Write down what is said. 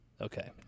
Okay